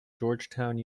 georgetown